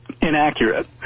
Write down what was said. inaccurate